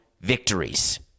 victories